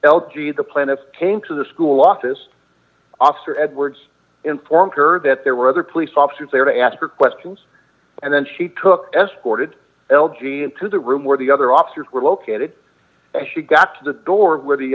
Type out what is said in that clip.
g the plaintiff came to the school office officer edwards informed her that there were other police officers there to ask her questions and then she took escorted l g into the room where the other officers were located and she got to the door where the